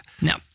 Now